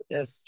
Yes